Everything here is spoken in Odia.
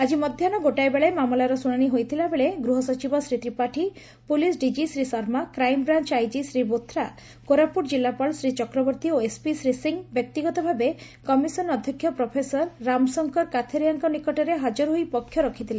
ଆକି ମଧ୍ଧାହୁ ଗୋଟାଏ ବେଳେ ମାମଲାର ଶୁଶାଶି ହୋଇଥିଲାବେଳେ ଗୃହସଚିବ Shri Tripathi police DG Shri Sharma crime branch IG Shri Bothra Koraput ଜିଲ୍ଲାପାଳ ଶ୍ରୀ ଚକ୍ରବର୍ଭୀ ଓ ଏସ୍ପି ଶ୍ରୀ ସିଂହ ବ୍ୟକ୍ତିଗତ ଭାବେ କମିଶନ ଅଧ୍ୟକ୍ଷ ପ୍ରଫେସର ରାମଶଙ୍କର କାଥେରିଆଙ୍କ ନିକଟରେ ହାଜର ହୋଇ ପକ୍ଷ ରଖିଥିଲେ